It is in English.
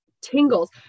tingles